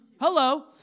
Hello